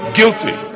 guilty